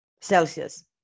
Celsius